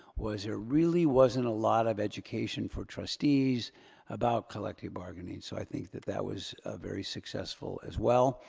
was there really wasn't a lot of education for trustees about collective bargaining. so i think that that was very successful as well.